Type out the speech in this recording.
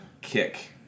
kick